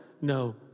no